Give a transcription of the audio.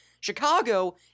chicago